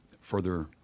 further